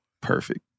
Perfect